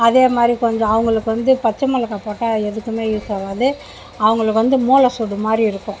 அதே மாதிரி கொஞ்சம் அவங்களுக்கு வந்து பச்சை மிளகா போட்டா எதுக்குமே யூஸ் ஆகாது அவங்களுக்கு வந்து மூல சூடு மாதிரி இருக்கும்